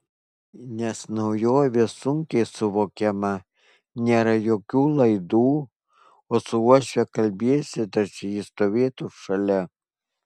nes naujovė sunkiai suvokiama nėra jokių laidų o su uošve kalbiesi tarsi ji stovėtų šalia